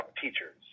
teachers